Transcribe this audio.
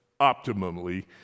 optimally